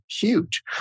huge